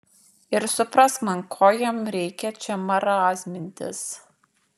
ir suprask man ko jam reikia čia marazmintis